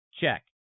Check